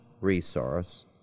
Resource